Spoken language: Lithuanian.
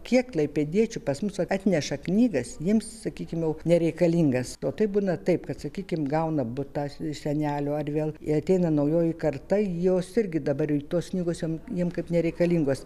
kiek klaipėdiečių pas mus atneša knygas jiems sakykim jau nereikalingas o taip būna taip kad sakykim gauna butą iš senelių ar vėl ir ateina naujoji karta jos irgi dabar ir tos knygos jom jiem kaip nereikalingos